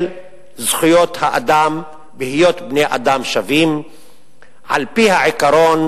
זכויות האדם בהיות בני-אדם שווים על-פי העיקרון